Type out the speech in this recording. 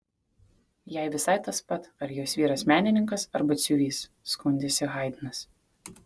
jai visai tas pat ar jos vyras menininkas ar batsiuvys skundėsi haidnas